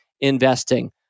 investing